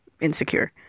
*Insecure*